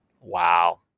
Wow